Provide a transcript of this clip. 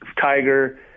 Tiger